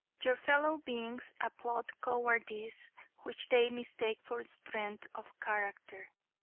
your fellow beings applaud cowardice which they mistake for strength of character.